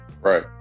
right